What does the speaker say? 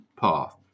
path